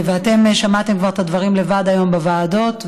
אתם שמעתם כבר את הדברים לבד היום בוועדות,